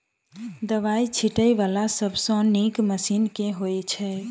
दवाई छीटै वला सबसँ नीक मशीन केँ होइ छै?